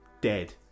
dead